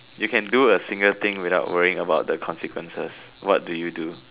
you can do a single thing without worrying about the consequences what do you do